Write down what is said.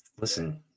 listen